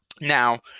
Now